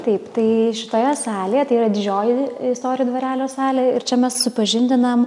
taip tai šitoje salėje tai yra didžioji istorijų dvarelio salė ir čia mes supažindinam